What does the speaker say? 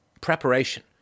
preparation